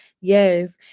Yes